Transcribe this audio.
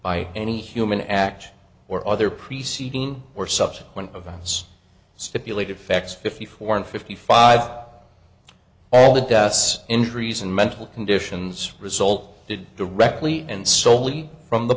by any human act or other preceding or subsequent events stipulated facts fifty four and fifty five all the deaths injuries and mental conditions result did the rectally and soley from the